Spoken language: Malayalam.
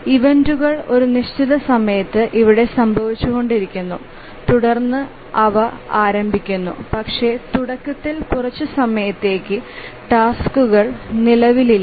ഇവന്റുകൾ ഒരു നിശ്ചിത സമയത്ത് ഇവിടെ സംഭവിച്ചുകൊണ്ടിരിക്കുന്നു തുടർന്ന് അവ ആരംഭിക്കുന്നു പക്ഷേ തുടക്കത്തിൽ കുറച്ച് സമയത്തേക്ക് ടാസ്ക്കുകൾ നിലവിലില്ല